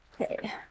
Okay